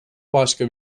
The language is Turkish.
başka